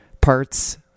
parts